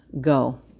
go